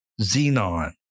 Xenon